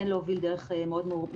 כן להוביל דרך מאורגנת,